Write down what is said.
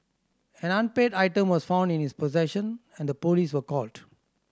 an unpaid item was found in his possession and police were called